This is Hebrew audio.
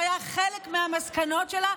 שהיה חלק מהמסקנות שלה,